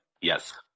Yes